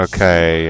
Okay